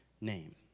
name